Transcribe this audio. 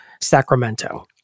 Sacramento